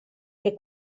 che